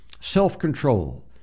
self-control